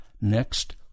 next